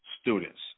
students